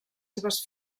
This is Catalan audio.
seves